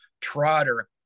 Trotter